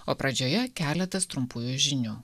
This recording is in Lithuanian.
o pradžioje keletas trumpųjų žinių